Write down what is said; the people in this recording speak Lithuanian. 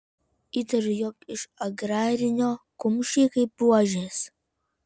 įtariu jog iš agrarinio kumščiai kaip buožės